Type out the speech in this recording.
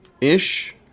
ish